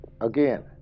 Again